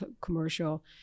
commercial